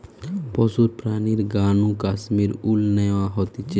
পশুর প্রাণীর গা নু কাশ্মীর উল ন্যাওয়া হতিছে